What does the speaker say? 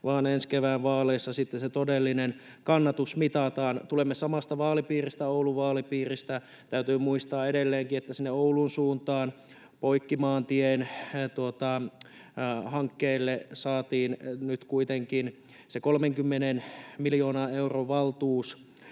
vaan ensi kevään vaaleissa sitten se todellinen kannatus mitataan. Tulemme samasta vaalipiiristä, Oulun vaalipiiristä. Täytyy muistaa edelleenkin, että sinne Oulun suuntaan Poikkimaantien hankkeelle saatiin nyt kuitenkin se 30 miljoonan euron valtuus